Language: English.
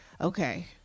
okay